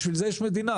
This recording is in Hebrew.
בשביל זה יש מדינה,